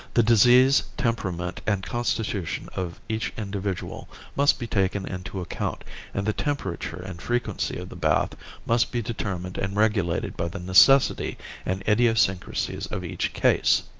the disease, temperament and constitution of each individual must be taken into account and the temperature and frequency of the bath must be determined and regulated by the necessity and idiosyncrasies of each case.